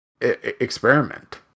experiment